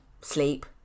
sleep